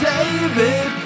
David